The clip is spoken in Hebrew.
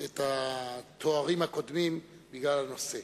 את התארים הקודמים בגלל הנושא.